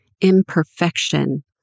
imperfection